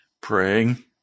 praying